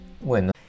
Bueno